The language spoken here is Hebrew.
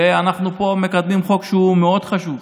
ואנחנו פה מקדמים חוק שהוא מאוד חשוב.